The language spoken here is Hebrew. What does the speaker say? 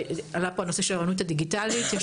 עלה פה הנושא של האוריינות הדיגיטלית: יש